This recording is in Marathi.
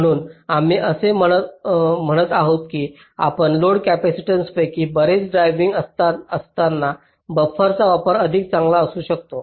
म्हणून आम्ही असे म्हणत आहोत की आपण लोड कॅपेसिटन्सपैकी बरेच ड्रायविंग असताना बफरचा वापर अधिक चांगला असू शकतो